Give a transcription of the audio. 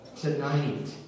tonight